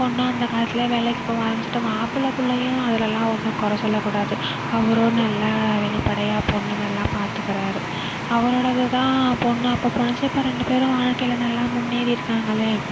பொண்ணும் அந்தக்காலத்திலே வேலைக்குப் போக ஆரம்பிச்சிட்டு மாப்பிள்ள பிள்ளையும் அதுலல்லாம் ஒன்றும் குற சொல்லக்கூடாது அவரும் நல்லா வெளிப்படையாக பொண்ணு நல்லா பார்த்துக்கறாரு அவரோடதுதான் பொண்ணும் அப்ப போணுச்சு இப்போ ரெண்டு பேரும் வாழ்க்கையில் நல்லா முன்னேறி இருக்காங்களே